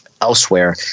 elsewhere